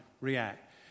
react